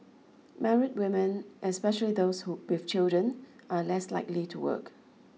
married women especially those who with children are less likely to work